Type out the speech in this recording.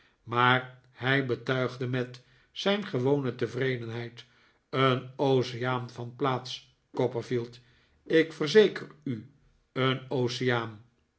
maar hij betuigde met zijn gewone tevredenheid een oceaan van plaats copperfield ik verzeker u een oceaan